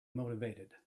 motivated